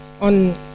on